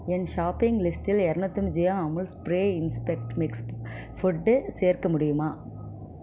என் shopping லிஸ்டில் இரநூத்தொன் gm Amul spray infant மிக்ஸ் ஃபுட்டு சேர்க்க முடியுமா